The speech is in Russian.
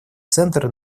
центр